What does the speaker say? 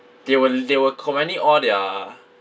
they were they were combining all their